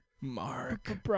Mark